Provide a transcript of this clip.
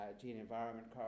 gene-environment